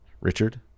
Richard